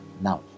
now